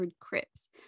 crypts